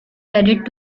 added